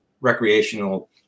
recreational